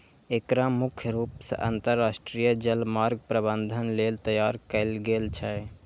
एकरा मुख्य रूप सं अंतरराष्ट्रीय जलमार्ग प्रबंधन लेल तैयार कैल गेल छै